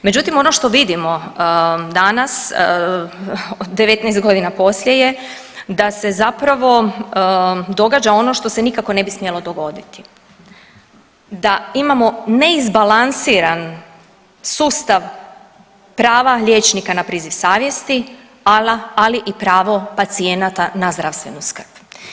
Međutim ono što vidimo danas 19 godina poslije je da se zapravo događa ono što se nikako ne bi smjelo dogoditi, da imamo ne izbalansiran sustav prava liječnika na priziv savjesti, ali i pravo pacijenata na zdravstvenu skrb.